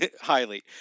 highly